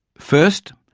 first,